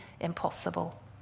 impossible